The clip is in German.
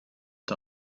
der